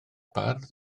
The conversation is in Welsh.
bardd